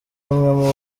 umwe